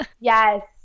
Yes